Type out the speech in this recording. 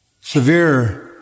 severe